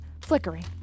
flickering